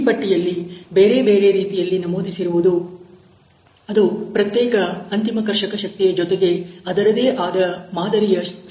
ಈ ಪಟ್ಟಿಯಲ್ಲಿ ಬೇರೆ ಬೇರೆ ರೀತಿಯಾಗಿ ನಮೂದಿಸಿರುವುದು ಅದು ಪ್ರತ್ಯೇಕ ಅಂತಿಮ ಕರ್ಷಕ ಶಕ್ತಿಯ ಜೊತೆಗೆ ಅದರದೇ ಆದ ಮಾದರಿಯ ಸಂಖ್ಯೆಯನ್ನು ಸೂಚಿಸುತ್ತದೆ